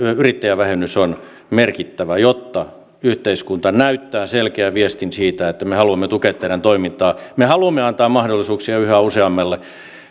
yrittäjävähennys on merkittävä jotta yhteiskunta näyttää selkeän viestin siitä että me haluamme tukea teidän toimintaanne me haluamme antaa mahdollisuuksia yhä useammalle